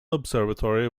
observatory